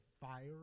fire